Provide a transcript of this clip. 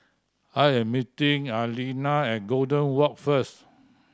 I am meeting Aleena at Golden Walk first